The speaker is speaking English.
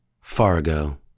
Fargo